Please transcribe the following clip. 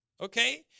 okay